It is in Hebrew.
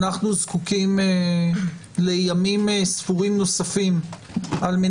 אנו זקוקים לימים ספורים נוספים כדי